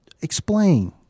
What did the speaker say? explain